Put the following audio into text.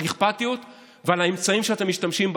על אכפתיות ועל האמצעים שאתם משתמשים בהם.